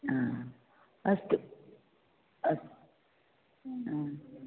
हा अस्तु अस्तु हा